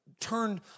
turned